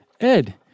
Ed